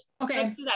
Okay